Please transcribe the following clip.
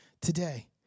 today